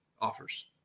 offers